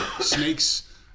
Snakes